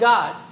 God